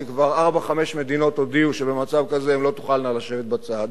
כי כבר ארבע-חמש מדינות הודיעו שבמצב כזה הן לא תוכלנה לשבת בצד,